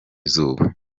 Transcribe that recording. izuba